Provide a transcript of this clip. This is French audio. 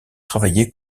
travailler